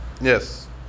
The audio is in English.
Yes